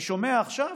אני שומע עכשיו